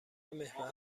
محور